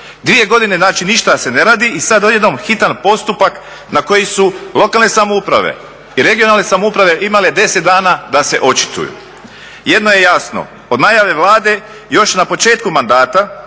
Dvije godine znači ništa se ne radi i sad odjednom hitan postupak na koji su lokalne samouprave i regionalne samouprave imale 10 dana da se očituju. Jedno je jasno, od najave Vlade još na početku mandata